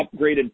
upgraded